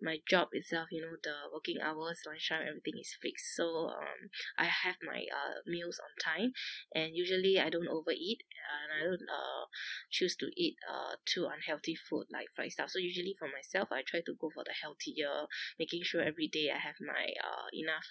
my job itself you know the working hours lunchtime everything is fixed so um I have my uh meals on time and usually I don't overeat and I don't uh choose to eat uh too unhealthy food like fried stuffs so usually for myself I try to go for the healthier making sure everyday I have my uh enough